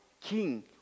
king